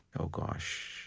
oh gosh.